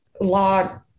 law